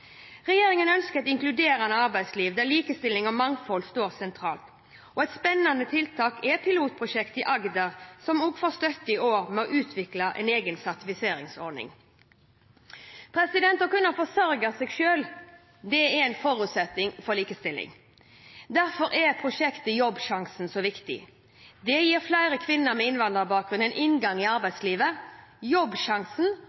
Regjeringen ønsker et inkluderende arbeidsliv der likestilling og mangfold står sentralt. Et spennende tiltak er et pilotprosjekt i Agder, som også får støtte i år med å utvikle en egen sertifiseringsordning. Å kunne forsørge seg selv er en forutsetning for likestilling. Derfor er prosjektet Jobbsjansen så viktig. Det gir flere kvinner med innvandrerbakgrunn en inngang til arbeidslivet. Jobbsjansen har blitt styrket med over 10 mill. kr i